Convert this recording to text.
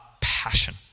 passion